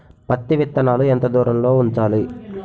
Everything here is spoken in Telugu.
పత్తి విత్తనాలు ఎంత దూరంలో ఉంచాలి?